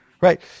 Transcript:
right